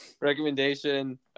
recommendation